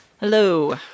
Hello